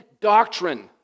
doctrine